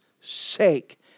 sake